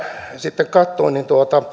sitten katsoo